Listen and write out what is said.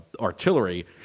artillery